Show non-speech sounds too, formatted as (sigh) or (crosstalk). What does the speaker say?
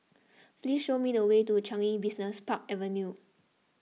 (noise) please show me the way to Changi Business Park Avenue